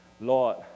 Lord